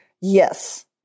Yes